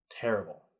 terrible